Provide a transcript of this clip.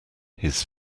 his